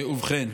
ובכן,